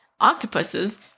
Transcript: octopuses